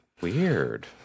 Weird